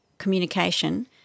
Communication